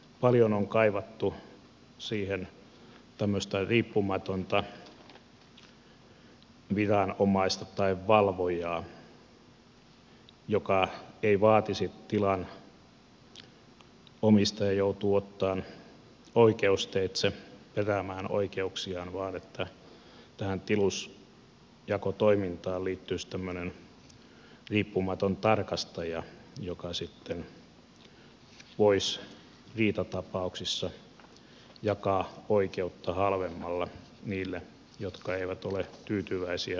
paljon on kaivattu siihen tämmöistä riippumatonta viranomaista tai valvojaa jolloin ei vaadittaisi sitä että tilan omistaja joutuu oikeusteitse peräämään oikeuksiaan vaan että tähän tilusjakotoimintaan liittyisi tämmöinen riippumaton tarkastaja joka sitten voisi riitatapauksissa jakaa oikeutta halvemmalla niille jotka eivät ole tyytyväisiä toimintaan